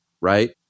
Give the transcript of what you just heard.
right